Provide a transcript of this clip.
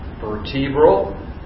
Vertebral